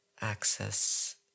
access